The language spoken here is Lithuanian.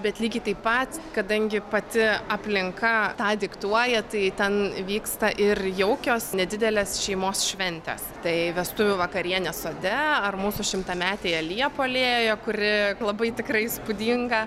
bet lygiai taip pat kadangi pati aplinka tą diktuoja tai ten vyksta ir jaukios nedidelės šeimos šventės tai vestuvių vakarienė sode ar mūsų šimtametėje liepų alėjoje kuri labai tikrai įspūdinga